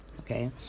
okay